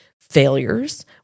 failures